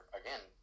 again